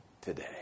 today